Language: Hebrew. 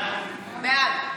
בעד